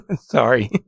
Sorry